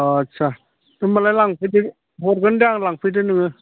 अ आच्चा होनबालाय लांफैदो हरगोन दे आं लांफैदो नोङो